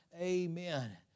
Amen